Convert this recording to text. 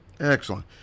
excellent